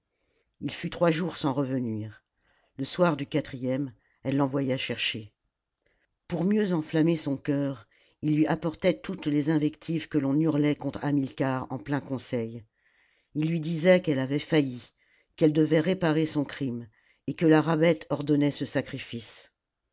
ii fut trois jours sans revenir le soir du quatrième elle l'envoya chercher pour mieux enflammer son cœur il lui apportait toutes les mvectives que l'on hurlait contre hamilcar en plein conseil il lui disait qu'elle avait failli qu'elle devait réparer son crime et que la rabbet ordonnait ce sacrifice